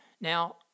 Now